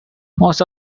most